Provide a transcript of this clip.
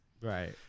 Right